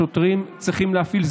השוטרים צריכים להפעיל.